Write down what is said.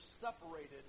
separated